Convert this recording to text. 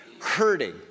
hurting